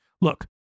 Look